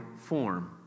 form